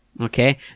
okay